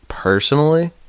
Personally